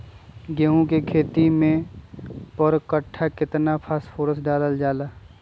गेंहू के खेती में पर कट्ठा केतना फास्फोरस डाले जाला?